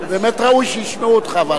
ובאמת ראוי שישמעו אותך.